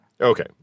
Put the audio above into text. Okay